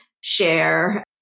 share